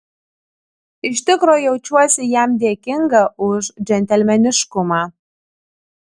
iš tikro jaučiuosi jam dėkinga už džentelmeniškumą